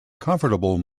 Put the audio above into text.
comfortable